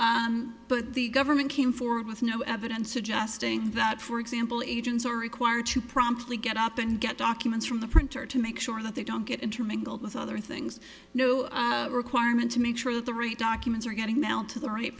report but the government came forward with no evidence suggesting that for example agents are required to promptly get up and get documents from the printer to make sure that they don't get intermingled with other things no requirement to make sure that the rate documents are getting down to the right